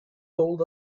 told